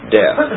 death